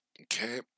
Okay